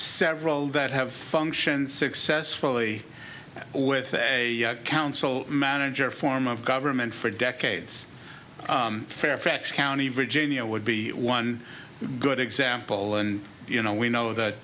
several that have functioned successfully with a council manager form of government for decades fairfax county virginia would be one good example and you know we know that